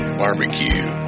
barbecue